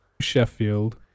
Sheffield